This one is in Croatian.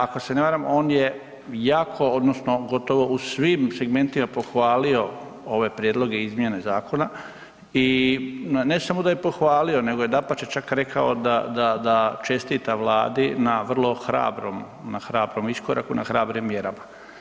Ako se ne varam, on je jako, odnosno gotovo u svim segmentima pohvalio ove prijedloge i izmjene zakona i, ne samo da je pohvalio, nego je dapače, čak rekao da čestita Vladi na vrlo hrabrom, na hrabrom iskoraku, na hrabrim mjerama.